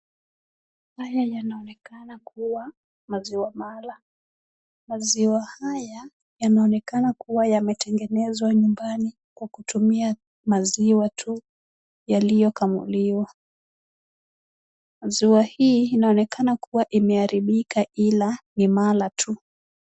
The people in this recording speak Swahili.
Haya yanaonekana kuwa maziwa mala. Maziwa haya yanaonekana kuwa yametengenezwa nyumbani kwa kutumia maziwa tu yaliyokamuliwa. Maziwa hii inaonekana kuwa imeharibika ila ni mala tu.